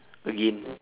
again